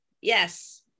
Yes